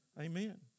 Amen